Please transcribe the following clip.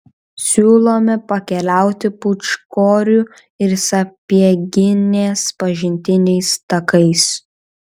siūlome pakeliauti pūčkorių ir sapieginės pažintiniais takais